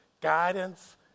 guidance